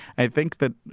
i think that